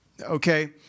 okay